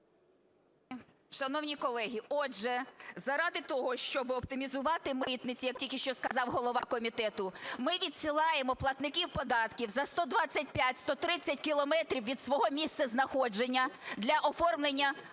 Шановні колеги, отже, заради того, щоб оптимізувати митниці, як тільки що сказав голова комітету, ми відсилаємо платників податків за 125-130 кілометрів від свого місця знаходження для оформлення